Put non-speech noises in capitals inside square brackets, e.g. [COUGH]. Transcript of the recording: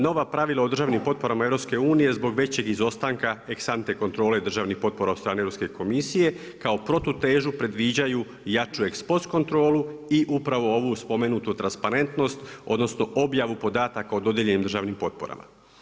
Nova pravila o državnim potpora EU, zbog većeg izostanka … [UNINTELLIGIBLE] kontrole državnih potpora od strane Europske komisije, kao protutezu predviđaju jaču i … [UNINTELLIGIBLE] kontrolu i upravo ovu spomenutu transparentnost, odnosno objavu podataka o dodijeljenim državnim potporama.